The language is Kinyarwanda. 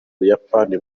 buyapani